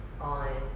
on